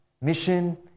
Mission